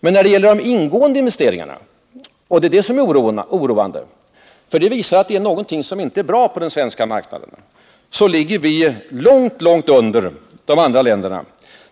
Men när det gäller de ingående investeringarna — och det är det som är oroande, för det visar att det är något som inte är bra på den svenska marknaden — ligger vi långt under de andra länderna.